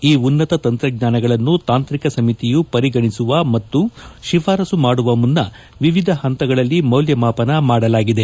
ಈ ಉನ್ನತ ತಂತ್ರಜ್ಞಾನಗಳನ್ನು ತಾಂತ್ರಿಕ ಸಮಿತಿಯು ಪರಿಗಣಿಸುವ ಮತ್ತು ಶಿಫಾರಸು ಮಾಡುವ ಮುನ್ನ ವಿವಿಧ ಹಂತಗಳಲ್ಲಿ ಮೌಲ್ಯಮಾಪನ ಮಾಡಲಾಗಿದೆ